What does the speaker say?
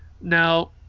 now